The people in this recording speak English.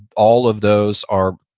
all of those are,